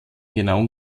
genauen